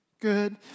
good